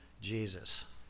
Jesus